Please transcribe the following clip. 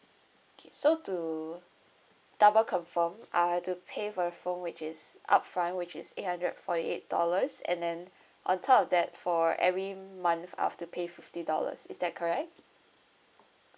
okay so to double confirm I'll have to pay for the phone which is upfront which is eight hundred forty eight dollars and then on top of that for every month I'll have to pay fifty dollars is that correct